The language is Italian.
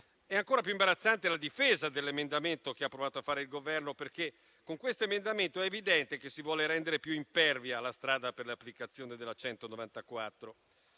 È ancora più imbarazzante la difesa dell'emendamento che ha provato a fare il Governo, perché con questo emendamento è evidente che si vuole rendere più impervia la strada per l'applicazione della